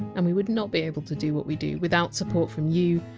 and we would not be able to do what we do without support from you,